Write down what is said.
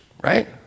Right